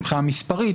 מבחינה מספרית,